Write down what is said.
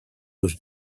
was